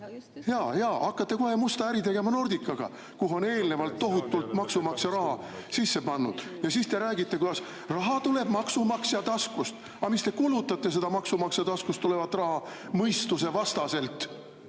jaa, hakkate kohe musta äri tegema Nordicaga, kuhu on (Saalist kommenteeritakse.) eelnevalt tohutult maksumaksja raha sisse pandud. Ja siis te räägite, kuidas raha tuleb maksumaksja taskust. Aga miks te kulutate seda maksumaksja taskust tulevat raha mõistusevastaselt